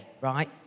right